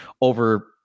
over